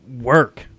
work